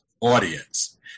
audience